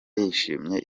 yishimiye